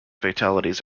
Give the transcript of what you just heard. fatalities